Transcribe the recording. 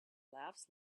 laughs